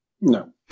no